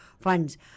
funds